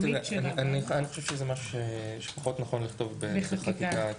אני חושב שזה משהו שפחות נכון לכתוב בחקיקה.